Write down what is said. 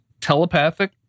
telepathic